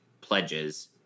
pledges